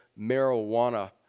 marijuana